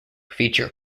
feature